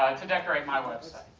to decorate my website?